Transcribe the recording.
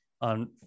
on